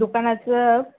दुकानाचं